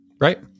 right